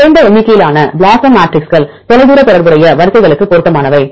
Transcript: குறைந்த எண்ணிக்கையிலான BLOSUM மேட்ரிக்ஸ்கள் தொலைதூர தொடர்புடைய வரிசைகளுக்கு பொருத்தமானவை